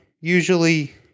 usually